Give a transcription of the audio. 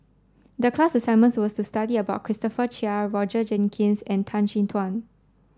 the class assignment was to study about Christopher Chia Roger Jenkins and Tan Chin Tuan